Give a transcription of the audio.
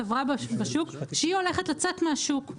חברה בשוק שהיא הולכת לצאת מהשוק,